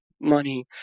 money